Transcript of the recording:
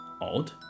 Odd